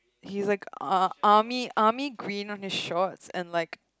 he's like army army green on the shorts and like